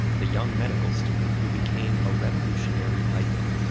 the young medical student who became a revolutionary icon.